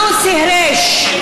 לוסי אהריש,